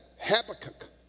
Habakkuk